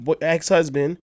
ex-husband